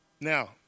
Now